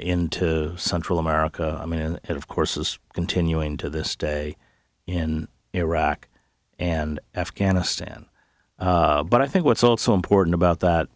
into central america i mean and of course is continuing to this day in iraq and afghanistan but i think what's also important about that